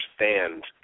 understand